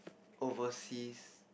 overseas